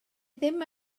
ddim